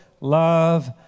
love